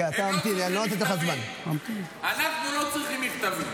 אנחנו לא צריכים מכתבים.